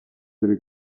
del